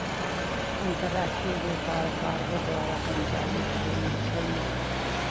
अंतरराष्ट्रीय व्यापार कार्गो द्वारा संचालित होइ छइ